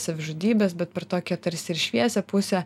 savižudybes bet per tokią tarsi ir šviesią pusę